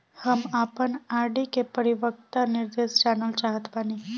हम आपन आर.डी के परिपक्वता निर्देश जानल चाहत बानी